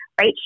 Right